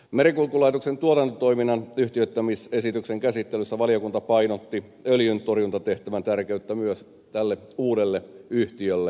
merenkulkulaitoksen tuotantotoiminnan yhtiöittämisesityksen käsittelyssä valiokunta painotti öljyntorjuntatehtävän tärkeyttä myös tälle uudelle yhtiölle